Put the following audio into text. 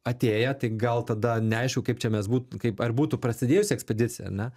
atėję tai gal tada neaišku kaip čia mes būtų kaip ar būtų prasidėjusi ekspedicija ar ne